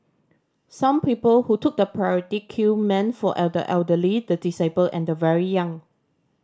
some people who took the priority queue meant for elder elderly the disabled and the very young